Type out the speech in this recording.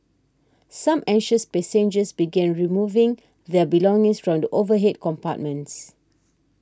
some anxious passengers began removing their belongings strong the overhead compartments